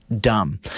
dumb